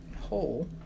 hole